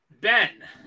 Ben